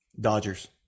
Dodgers